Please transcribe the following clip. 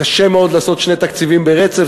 קשה מאוד לעשות שני תקציבים ברצף,